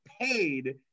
paid